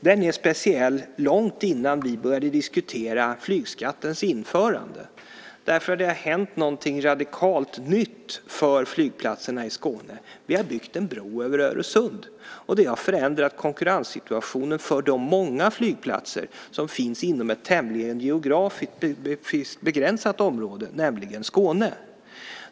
Den var speciell långt innan vi började diskutera flygskattens införande, därför att det har hänt någonting radikalt nytt för flygplatserna i Skåne. Vi har byggt en bro över Öresund, och det har förändrat konkurrenssituationen för de många flygplatser som finns inom ett tämligen begränsat geografiskt område, nämligen Skåne.